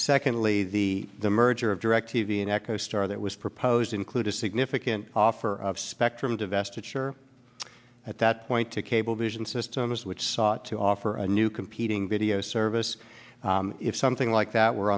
secondly the the merger of directv and echostar that was proposed include a significant offer of spectrum divestiture at that point to cablevision systems which sought to offer a new competing video service if something like that were